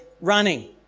running